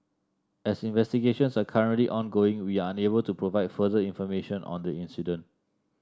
as investigations are currently ongoing we are unable to provide further information on the incident